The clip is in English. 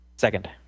Second